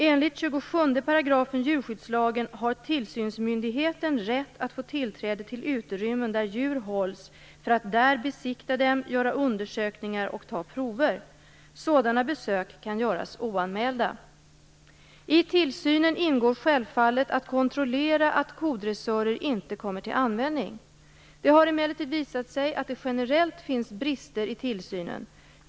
Enligt 27 § djurskyddslagen har tillsynsmyndigheten rätt att få tillträde till utrymmen där djur hålls för att där besikta dem, göra undersökningar och ta prover. Sådana besök kan göras oanmälda. I tillsynen ingår självfallet att man kontrollerar att kodressörer inte kommer till användning. Det har emellertid visat sig att det generellt finns brister i tillsynen.